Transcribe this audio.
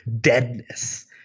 deadness